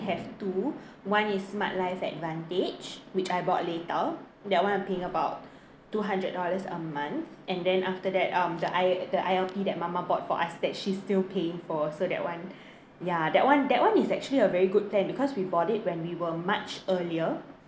have two one is Smart Life Advantage which I bought later that one I'm paying about two hundred dollars a month and then after that um the I~ the I_L_P that mama bought for us that she's still paying for so that [one] ya that [one] that [one] is actually a very good plan because we bought it when we were much earlier